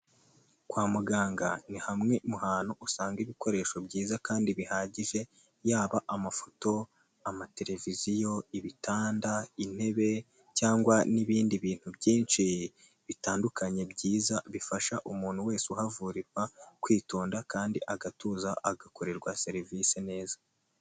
Kwa muganga ni hamwe mu hantu usanga ibikoresho byiza kandi bihagije yaba amafoto, amateleviziyo, ibitanda, intebe cyangwa n'ibindi bintu byinshi bitandukanye byiza bifasha umuntu wese uhavurirwa kwitonda kandi agatuza agakorerwa serivise neza.